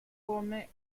come